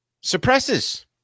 suppresses